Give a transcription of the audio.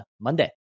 Monday